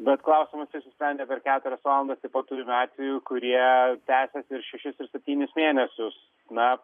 bet klausimas išsisprendė per keturias valandas taip pat turim atvejų kurie tęsiasi ir šešis ir septynis mėnesius na